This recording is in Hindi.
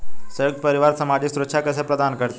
संयुक्त परिवार सामाजिक सुरक्षा कैसे प्रदान करते हैं?